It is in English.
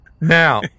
Now